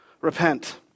Repent